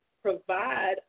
provide